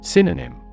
Synonym